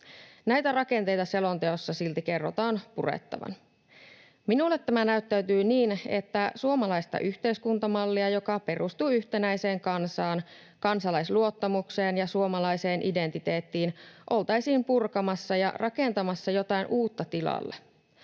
Näitä rakenteita selonteossa silti kerrotaan purettavan. Minulle tämä näyttäytyy niin, että suomalaista yhteiskuntamallia, joka perustuu yhtenäiseen kansaan, kansalaisluottamukseen ja suomalaiseen identiteettiin, oltaisiin purkamassa ja rakentamassa jotain uutta tilalle.